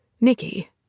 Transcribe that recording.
Nikki